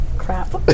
crap